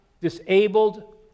disabled